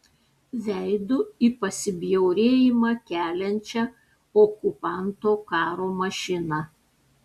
veidu į pasibjaurėjimą keliančią okupanto karo mašiną